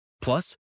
Plus